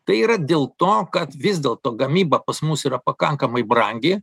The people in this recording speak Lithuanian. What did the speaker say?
tai yra dėl to kad vis dėlto gamyba pas mus yra pakankamai brangi